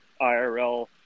IRL